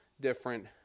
different